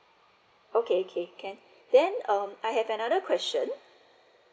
okay okay can then um I have another question